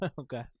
okay